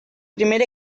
primer